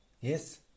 Yes